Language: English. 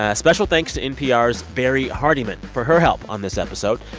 ah special thanks to npr's barrie hardymon for her help on this episode.